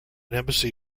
embassy